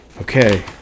Okay